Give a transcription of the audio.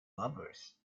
lovers